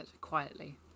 quietly